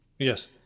Yes